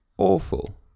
Awful